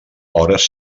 hores